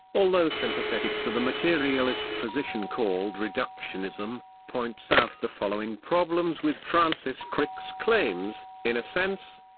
although sympathetic to the materialist position called reductionism, points out the following problems with francis crick's claims in a sense,